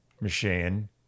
machine